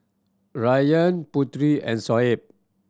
Ryan Putri and Shoaib